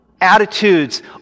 attitudes